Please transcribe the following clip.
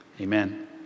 Amen